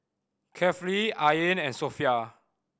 Kefli Ain and Sofea